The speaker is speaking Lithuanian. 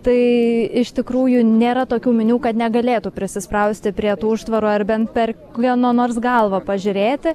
tai iš tikrųjų nėra tokių minių kad negalėtų prasisprausti prie tų užtvarų ar bent per kieno nors galvą pažiūrėti